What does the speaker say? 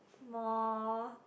more